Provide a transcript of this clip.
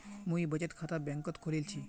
मुई बचत खाता बैंक़त खोलील छि